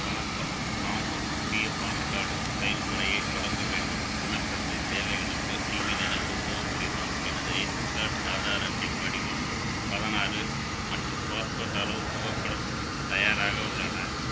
வணக்கம் நான் ஒரு புதிய பான் கார்ட் செயல்முறையைத் தொடங்க வேண்டும் விண்ணப்பத்தை தேவைகளுக்கு நீங்கள் எனக்கு உதவ முடியுமா எனது ரேஷன் கார்ட் ஆதார் அட்டை படிவம் பதனாறு மற்றும் பாஸ்போர்ட் அளவு புகைப்படம் தயாராக உள்ளன